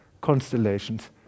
constellations